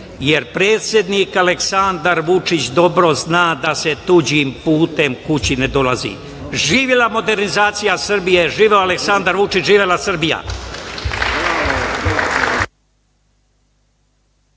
jer predsednik Aleksandar Vučić dobro zna da se tuđim putem kući ne dolazi. Živela modernizacija Srbije, živeo Aleksandar Vučić, živela Srbija!